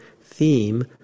theme